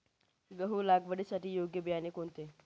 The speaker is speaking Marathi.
गहू लागवडीसाठी योग्य बियाणे कोणते?